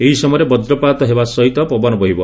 ଏହି ସମୟରେ ବଜ୍ରପାତ ହେବା ସହିତ ପବନ ବହିବ